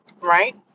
right